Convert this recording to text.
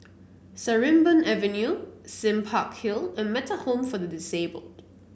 Sarimbun Avenue Sime Park Hill and Metta Home for the Disabled